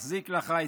ומחזיק לך אצבעות.